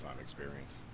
experience